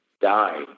die